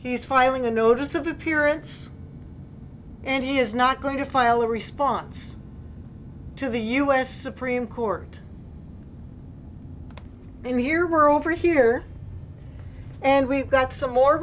he's filing a notice of appearance and he is not going to file a response to the u s supreme court and here we're over here and we've got some more